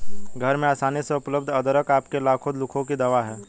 घर में आसानी से उपलब्ध अदरक आपके लाखों दुखों की दवा है